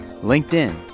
LinkedIn